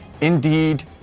indeed